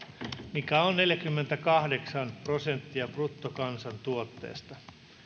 mikä on neljäkymmentäkahdeksan prosenttia bruttokansantuotteesta